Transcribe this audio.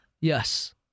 Yes